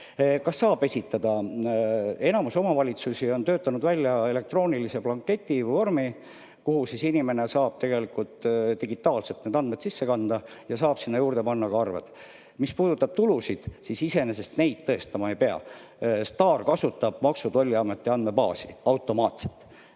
saab esitada? Enamik omavalitsusi on töötanud välja elektroonilise blanketi, vormi, kuhu inimene saab digitaalselt andmed sisse kanda ja saab sinna juurde panna ka arved. Mis puudutab tulusid, siis iseenesest neid tõestama ei pea. STAR kasutab Maksu- ja Tolliameti andmebaasi automaatselt.